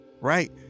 Right